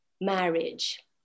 marriage